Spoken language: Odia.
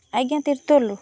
ଆଜ୍ଞା ତିର୍ତୋଲ୍ରୁ